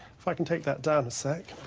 if i can take that down a sec,